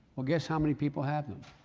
well guess how many people have them?